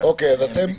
הם ביקשו,